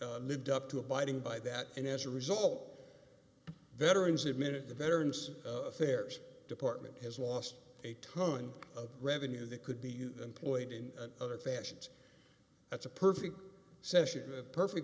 not lived up to abiding by that and as a result veterans admitted the veterans affairs department has lost a ton of revenue that could be employed in other fashions that's a perfect session a perfect